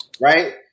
right